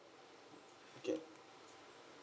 okay